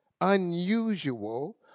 unusual